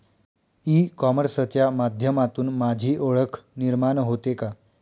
E कॉमर्सच्या माध्यमातून माझी ओळख निर्माण होते का?